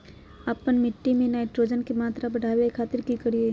आपन मिट्टी में नाइट्रोजन के मात्रा बढ़ावे खातिर की करिय?